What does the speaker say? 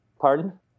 Pardon